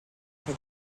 for